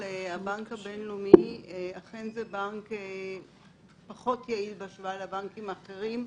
הבנק הבינלאומי הוא אכן בנק פחות יעיל בהשוואה לבנקים האחרים,